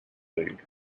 league